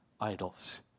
idols